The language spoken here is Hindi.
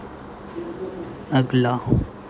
अगला